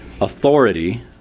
authority